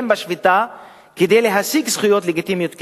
בשביתה כדי להשיג זכויות לגיטימיות כאלה.